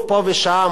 הוספת תקציבים.